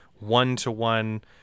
one-to-one